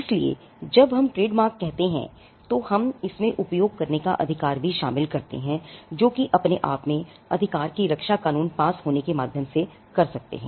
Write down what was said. इसलिए जब हम ट्रेडमार्क कहते हैं तो हम इसमें उपयोग करने का अधिकार भी शामिल करते हैं जो कि आप अपने अधिकार की रक्षा कानून पास होने के माध्यम से कर सकते हैं